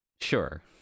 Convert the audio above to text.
Sure